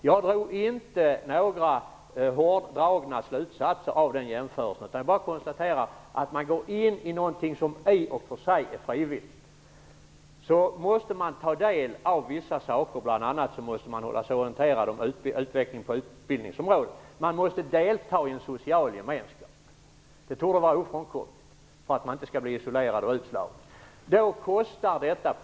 Jag gjorde inte några bestämda slutsatser av den jämförelsen. Jag bara konstaterar att studenten går in i något som i och för sig är frivilligt. Man måste bl.a. hålla sig orienterad om utvecklingen på utbildningsområdet. Man måste delta i en social gemenskap. Det torde vara ofrånkomligt, så att man inte blir isolerad och utslagen. Det kostar pengar.